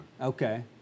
Okay